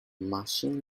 machine